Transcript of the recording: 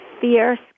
fierce